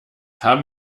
haben